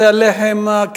הלחם,